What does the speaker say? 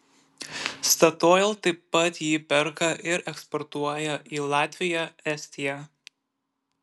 statoil taip pat jį perka ir eksportuoja į latviją estiją